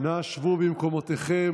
שבו במקומותיכם.